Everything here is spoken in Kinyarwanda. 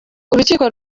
urukiko